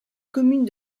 commune